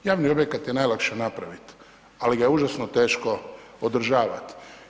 Javni objekata najlakše napravit, ali ga je užasno teško održavat.